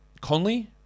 Conley